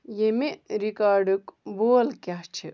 ییمہِ رِکارڈُک بول کیٛاہ چھُ